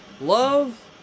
love